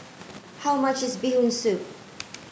how much is bee Hoon soup